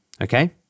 Okay